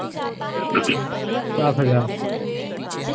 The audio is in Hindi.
सात हज़ार